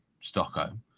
Stockholm